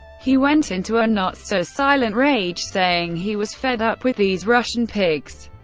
he went into a not-so-silent rage, saying he was fed up with these russian pigs,